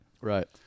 Right